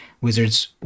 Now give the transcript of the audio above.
Wizards